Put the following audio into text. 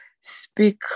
speak